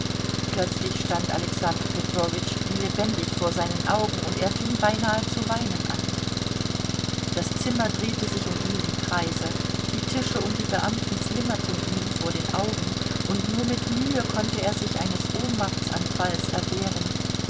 plötzlich stand alexander petrowitsch wie lebendig vor seinen augen und er fing beinahe zu weinen an das zimmer drehte sich um ihn im kreise die tische und die beamten flimmerten ihm vor den augen und nur mit mühe konnte er sich eines ohnmachtsanfalls erwehren